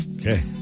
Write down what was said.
Okay